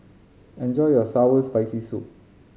enjoy your sour Spicy Soup